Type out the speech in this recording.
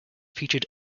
featured